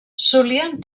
solien